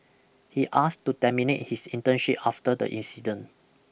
he asked to terminate his internship after the incident